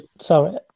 sorry